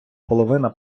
половина